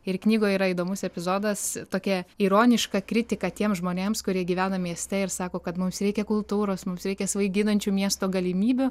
ir knygoje yra įdomus epizodas tokia ironiška kritika tiem žmonėms kurie gyvena mieste ir sako kad mums reikia kultūros mums reikia svaiginančių miesto galimybių